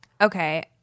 Okay